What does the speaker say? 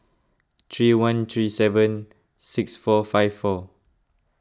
three one three seven six four five four